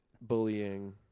Bullying